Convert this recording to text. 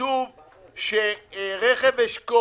שכתוב לגבי רכב אשכול